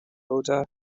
oda